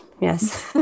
Yes